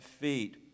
feet